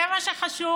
זה מה שחשוב,